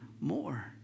more